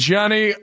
Johnny